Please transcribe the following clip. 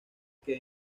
que